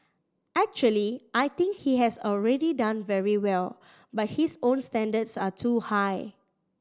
actually I think he has already done very well but his own standards are too high